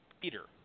Peter